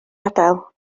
gadael